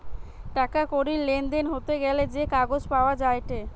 টাকা কড়ির লেনদেন হতে গ্যালে যে কাগজ পাওয়া যায়েটে